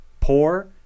poor